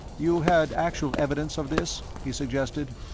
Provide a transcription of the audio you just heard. you had actual evidence of this? he suggested.